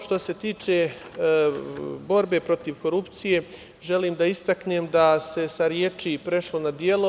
Što se tiče borbe protiv korupcije, želim da istaknem da se sa reči prešlo na dela.